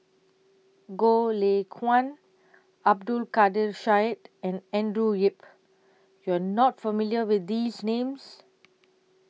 Goh Lay Kuan Abdul Kadir Syed and Andrew Yip YOU Are not familiar with These Names